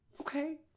okay